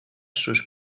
sus